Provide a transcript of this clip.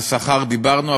על שכר דיברנו,